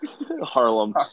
Harlem